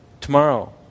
tomorrow